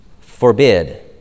forbid